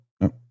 No